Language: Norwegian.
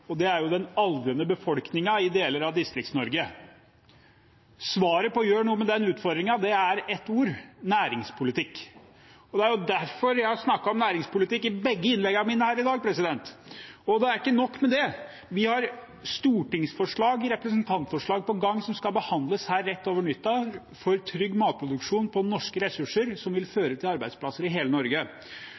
næringspolitikk. Det er jo derfor jeg har snakket om næringspolitikk i begge innleggene mine her i dag. Og ikke nok med det – vi har et representantforslag på gang, som skal behandles her rett over nyttår, om trygg matproduksjon på norske ressurser, noe som vil føre til arbeidsplasser i hele Norge.